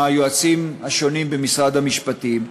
היועצים השונים במשרד המשפטים?